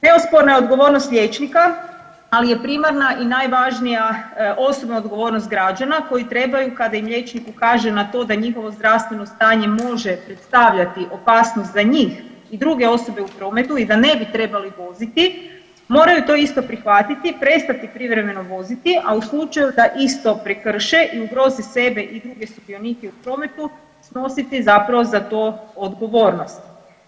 Neosporna je odgovornost liječnika ali je primarna i najvažnija osobna odgovornost građana koji trebaju kada im liječnik ukaže na to da njihovo zdravstveno stanje može predstavljati opasnost za njih i druge osobe u prometu i da ne bi trebali voziti moraju to isto prihvatiti, prestati privremeno voziti, a u slučaju da isto prekrše i ugroze sebe i druge sudionike u prometu snositi zapravo za to odgovornost.